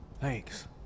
Thanks